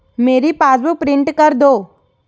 मेरी passbook print कर दो